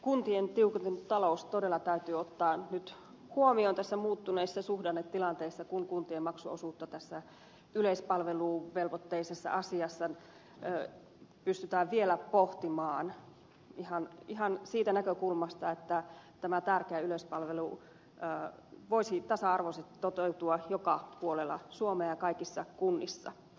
kuntien tiukentunut talous todella täytyy ottaa nyt huomioon tässä muuttuneessa suhdannetilanteessa kun kuntien maksuosuutta tässä yleispalveluvelvoitteisessa asiassa pystytään vielä pohtimaan ihan siitä näkökulmasta että tämä tärkeä yleispalvelu voisi tasa arvoisesti toteutua joka puolella suomea ja kaikissa kunnissa